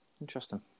Interesting